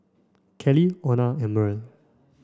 Kelly Ona and Merl